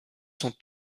sont